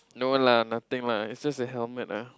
no lah nothing lah it's just a helmet lah